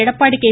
Edappadi K